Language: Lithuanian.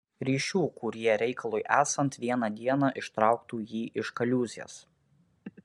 ryšių kurie reikalui esant vieną dieną ištrauktų jį iš kaliūzės